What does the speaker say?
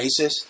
racist